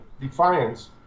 defiance